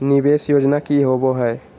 निवेस योजना की होवे है?